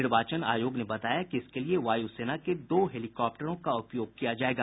निर्वाचन आयोग ने बताया कि इसके लिए वायु सेना के दो हेलिकाप्टरों का उपयोग किया जायेगा